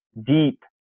deep